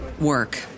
work